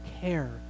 care